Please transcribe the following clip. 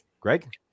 Greg